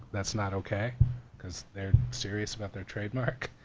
that's not okay cause they're serious about their trademark.